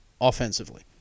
offensively